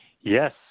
Yes